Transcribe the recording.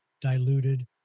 diluted